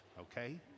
okay